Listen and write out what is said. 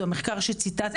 זה רק המחקר שציטטתי.